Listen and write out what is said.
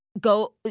Go